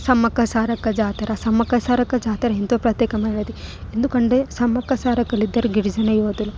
సమ్మక్క సారక్క జాతర సమ్మక్క సారక్క జాతర ఎంతో ప్రత్యేకమైనది ఎందుకంటే సమ్మక్క సారక్కలిద్దరు గిరిజన యువతులు